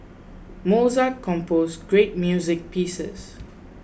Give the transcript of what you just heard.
Mozart composed great music pieces